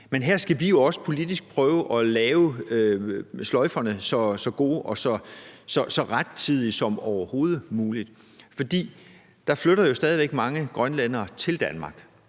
Men her skal vi jo også politisk prøve at binde sløjferne så gode og så rettidige som overhovedet muligt, for der flytter jo stadig væk mange grønlændere til Danmark.